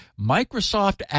Microsoft